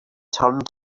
turned